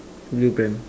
Newton